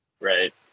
Right